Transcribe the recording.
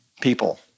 people